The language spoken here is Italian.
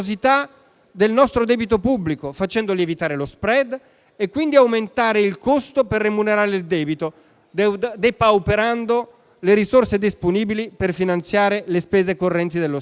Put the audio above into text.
del nostro debito pubblico, facendo lievitare lo *spread* e quindi aumentare il costo per remunerare il debito, depauperando le risorse disponibili per finanziare le spese correnti dello Stato.